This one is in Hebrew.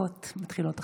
דקות מתחילות עכשיו.